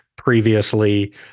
Previously